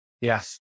Yes